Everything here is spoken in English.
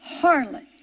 harlot